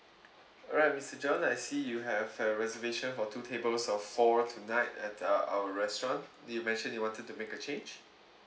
alright mister john I see you have a reservation for two tables of four tonight at uh our restaurant you mention you wanted to make a change